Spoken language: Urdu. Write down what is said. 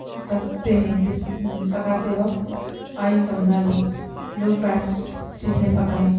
رکھتے ہیں جس پکاتے وقت آئل کم ڈالیں لو فیٹس چیزیں پکائیں